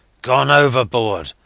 gone overboard,